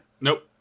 Nope